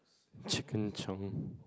chicken chunk